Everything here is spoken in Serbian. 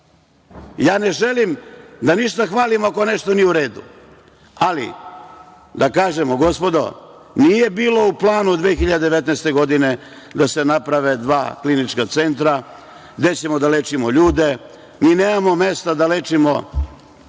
ne želim išta da hvalim ako nešto nije u redu, ali da kažemo – gospodo, nije bilo u planu 2019. godine da se naprave dva klinička centra gde ćemo da lečimo ljude, mi nemamo mesta da lečimo